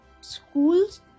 schools